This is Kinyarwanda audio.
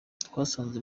twasanze